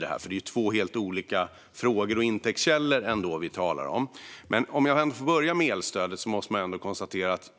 Det är ju ändå två olika frågor och intäktskällor vi talar om. Låt mig ändå få börja med elstödet.